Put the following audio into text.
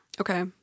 okay